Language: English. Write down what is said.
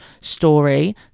story